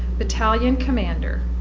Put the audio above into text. battalion commander